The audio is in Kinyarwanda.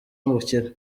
ubukire